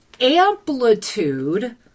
amplitude